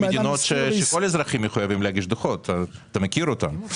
מדינות שבהן כל האזרחים מחויבים להגיש דו"חות; אתה מכיר אותן.